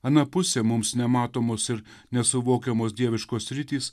ana pusė mums nematomos ir nesuvokiamos dieviškos sritys